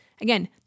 Again